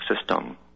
system